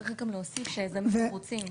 צריך גם להוסיף שהיזמים מרוצים.